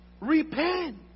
Repent